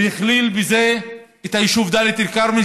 והכליל בזה את היישוב דאלית אל-כרמל,